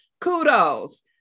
Kudos